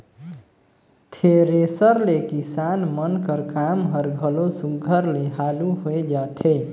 thresher ले किसान मन कर काम हर घलो सुग्घर ले हालु होए जाथे